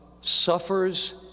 suffers